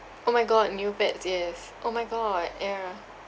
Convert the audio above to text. oh my god new beds yes oh my god era